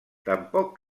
tampoc